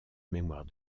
mémoire